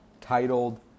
titled